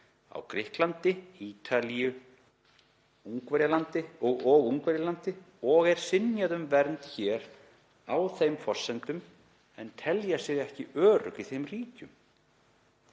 á Grikklandi, Ítalíu og Ungverjalandi og er synjað um vernd hér á þeim forsendum, en telja sig ekki örugg í þeim ríkjum.